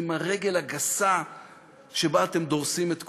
עם הרגל הגסה שבה אתם דורסים את כולם.